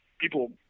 people